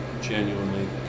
genuinely